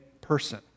person